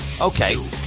Okay